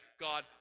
God